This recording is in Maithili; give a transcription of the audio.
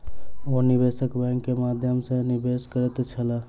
ओ निवेशक बैंक के माध्यम सॅ निवेश करैत छलाह